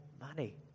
money